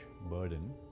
burden